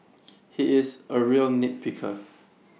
he is A real nitpicker